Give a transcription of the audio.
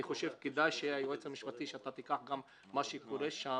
אני חושב שכדאי שהיועץ המשפטי של הוועדה יראה מה קורה שם.